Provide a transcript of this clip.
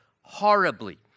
horribly